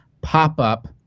pop-up